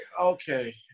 Okay